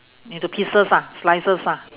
into pieces ah slices ah